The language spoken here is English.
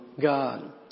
God